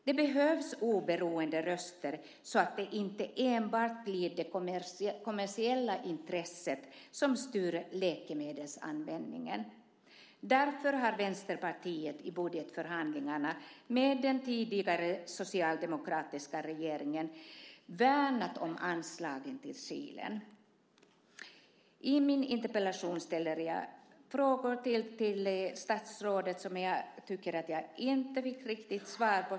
Det behövs oberoende röster så att det inte enbart blir det kommersiella intresset som styr läkemedelsanvändningen. Därför har Vänsterpartiet i budgetförhandlingarna med den tidigare socialdemokratiska regeringen värnat om anslagen till Kilen. I min interpellation ställer jag frågor till statsrådet som jag tycker att jag inte riktigt fick svar på.